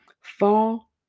fall